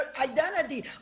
identity